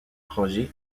roger